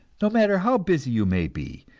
no matter how busy you may be,